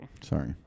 Sorry